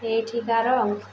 ଏଇଠିକାର